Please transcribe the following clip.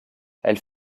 elle